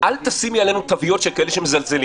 אל תשימי עלינו תוויות של כאלה שמזלזלים.